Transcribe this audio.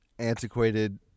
antiquated